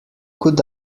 could